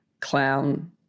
clown